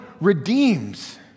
redeems